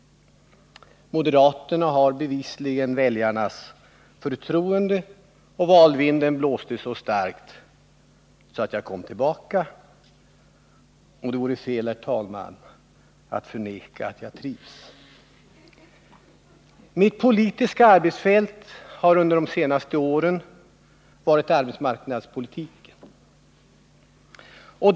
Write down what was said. Moderaterna har bevisligen väljarnas förtroende, och valvinden blåste så starkt att jag kom tillbaka. Det vore fel, herr talman, att förneka att jag trivs. Mitt politiska arbetsfält har under de senaste åren varit arbetsmarknadspolitiken.